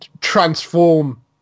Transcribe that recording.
transform